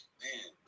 man